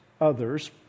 others